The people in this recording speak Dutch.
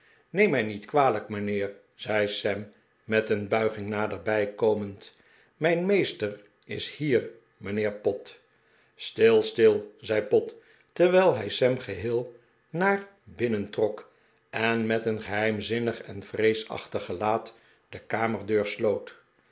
neem mij niet kwalijk mijnheer zei sam met een bulging n'aderbij komend mrjn meester is hier mijnheer pott stil stil zei pott terwijl hij sam geheel naar binnen trok en met een geheimzinnig en vreesachtig gelaat de kamerdeur sloot